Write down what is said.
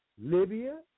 Libya